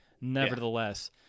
nevertheless